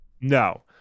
No